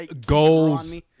Goals